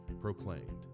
proclaimed